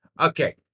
Okay